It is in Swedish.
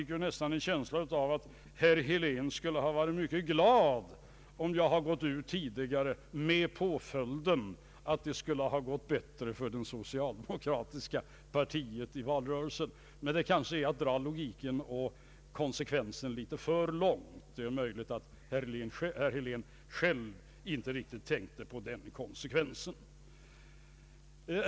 Jag fick nästan en känsla av att herr Helén skulle ha varit mycket glad om jag hade gått ut tidigare med påföljd att det skulle ha gått bättre i valrörelsen för det socialdemokratiska partiet. Men det kanske är att dra för långtgående konsekvenser. Det är möjligt att herr Helén själv inte tänkte på sådana konsekvenser.